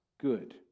good